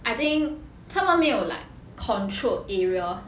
I think 他们没有 like controlled area